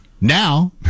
now